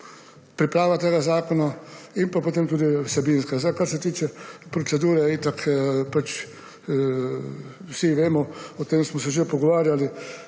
priprave tega zakona in pa tudi vsebinska. Kar se tiče procedure, itak vsi vemo, o tem smo se že pogovarjali,